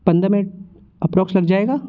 पंद्रह minute approx लग जाएगा